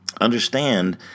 Understand